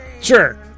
Sure